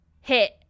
hit